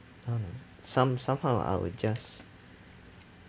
uh some somehow I will just